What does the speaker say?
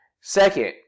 Second